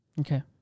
Okay